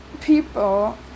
people